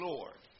Lord